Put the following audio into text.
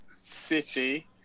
City